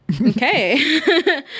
Okay